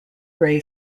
gray